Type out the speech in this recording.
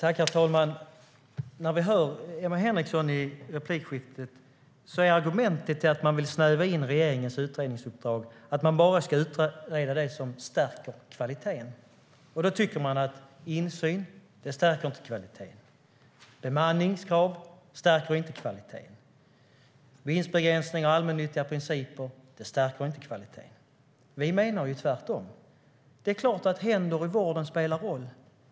Herr talman! När vi hör Emma Henriksson i replikskiftet är argumentet till att man vill snäva in regeringens utredningsuppdrag att man bara ska utreda det som stärker kvaliteten. Man tycker att insyn inte stärker kvaliteten. Bemanningskrav stärker inte kvaliteten. Vinstbegränsningar och allmännyttiga principer stärker inte kvaliteten. Vi menar tvärtom. Det är klart att händer i vården spelar en roll.